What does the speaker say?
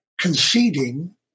conceding